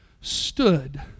stood